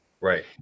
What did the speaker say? Right